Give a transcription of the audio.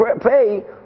pay